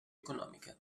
econòmica